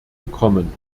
bekommen